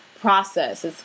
process